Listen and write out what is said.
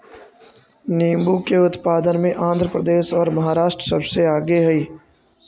नींबू के उत्पादन में आंध्र प्रदेश और महाराष्ट्र सबसे आगे हई